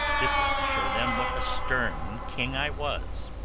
this was to show them what a stern king i was.